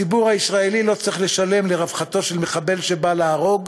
הציבור הישראלי לא צריך לשלם לרווחתו של מחבל שבא להרוג,